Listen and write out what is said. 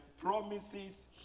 promises